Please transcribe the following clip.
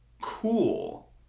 cool